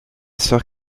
sœur